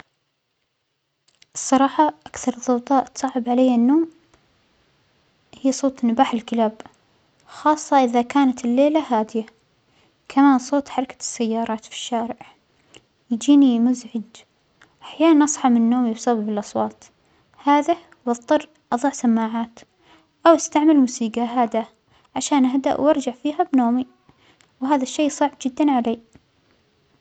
الصراحة أكثر الظوظاء تصعب عليا النوم هى صوت نباح الكلاب خاصة إذا كانت الليلة هادئة، كمان صوت حركة السيارات في الشارع يجينى مزعج، أحيانا أصحى من نومى بسبب الأصوات، لهذا بظطر أضع سماعات أو أستعمل موسيقى هادئة عشان أهدء وأرجع فيها بنومى، وهذا الشيء صعب جدا على.